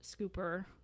scooper